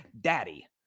daddy